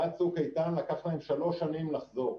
בא צוק איתן, ולקח להם שלוש שנים לחזור.